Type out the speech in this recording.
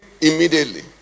immediately